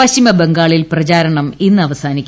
പശ്ചിമബംഗാളിൽ പ്രപ്പാരണം ഇന്ന് അവസാനിക്കും